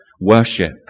worship